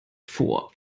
vor